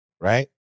right